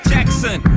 Jackson